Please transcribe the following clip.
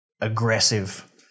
aggressive